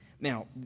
Now